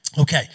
Okay